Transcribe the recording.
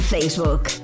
Facebook